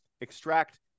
extract